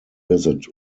visit